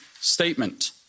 statement